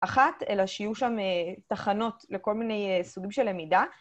‫אחת, אלא שיהיו שם תחנות ‫לכל מיני סוגים של למידה.